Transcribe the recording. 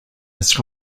his